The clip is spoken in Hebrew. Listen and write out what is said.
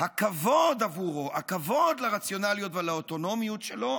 הכבוד עבורו, הכבוד לרציונליות ולאוטונומיות שלו,